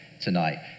tonight